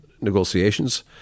negotiations